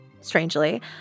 strangely